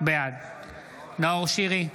בעד נאור שירי,